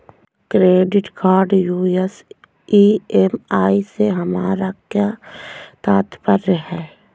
Credit card US EMI से हमारा क्या तात्पर्य है?